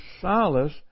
Silas